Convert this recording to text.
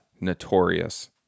Notorious